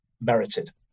merited